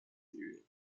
theory